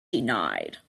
denied